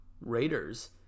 Raiders